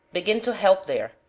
begin to help there,